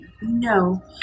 No